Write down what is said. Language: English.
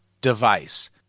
device